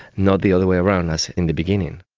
not the other way around as in the beginning.